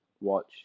watch